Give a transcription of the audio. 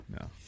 No